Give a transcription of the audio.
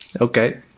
okay